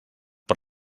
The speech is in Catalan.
per